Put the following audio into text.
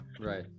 Right